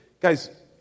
Guys